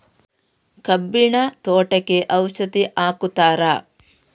ಕಬ್ಬಿನ ತೋಟಕ್ಕೆ ಔಷಧಿ ಹಾಕುತ್ತಾರಾ?